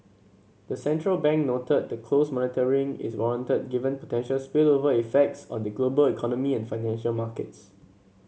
the central bank noted that close monitoring is warranted given potential spillover effects on the global economy and financial markets